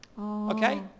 Okay